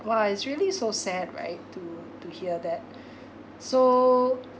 !wah! it's really so sad right to to hear that so